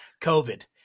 COVID